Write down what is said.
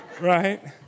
Right